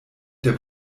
der